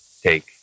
Take